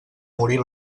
morir